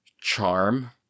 charm